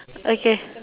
okay